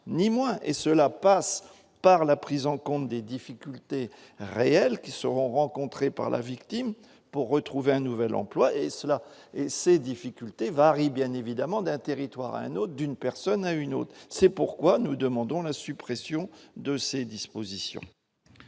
ni moins, et cela passe par la prise en compte des difficultés réelles qui sont rencontrés par la victime pour retrouver un nouvel emploi et cela ces difficultés varie bien évidemment d'un territoire à un autre, d'une personne à une autre, c'est pourquoi nous demandons la suppression de ces dispositions.